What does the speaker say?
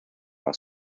red